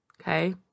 Okay